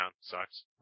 Sucks